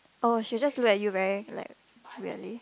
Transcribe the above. oh she just look at you very like weirdly